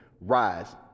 Rise